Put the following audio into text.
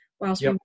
whilst